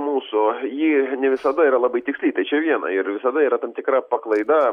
mūsų ji ne visada yra labai tiksli tai čia viena ir visada yra tam tikra paklaida